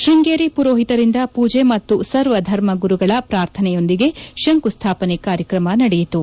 ಶೃಂಗೇರಿ ಪುರೋಹಿತರಿಂದ ಪೂಜೆ ಮತ್ತು ಸರ್ವಧರ್ಮ ಗುರುಗಳ ಪ್ರಾರ್ಥನೆಯೊಂದಿಗೆ ಶಂಕುಸ್ದಾಪನೆ ಕಾರ್ಯಕ್ರಮ ನಡೆಯಿತು